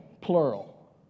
plural